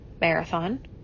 marathon